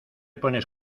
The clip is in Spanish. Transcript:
pones